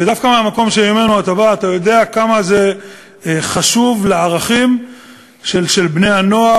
ודווקא מהמקום שממנו אתה בא אתה יודע כמה זה חשוב לערכים של בני-הנוער,